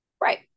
Right